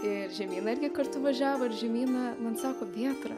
ir žemyna irgi kartu važiavo ir žemyna man sako vietra